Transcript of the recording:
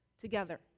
together